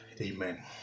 Amen